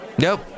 Nope